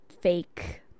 fake